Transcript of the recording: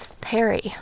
Perry